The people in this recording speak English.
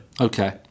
Okay